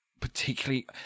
particularly